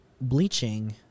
bleaching